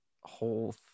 whole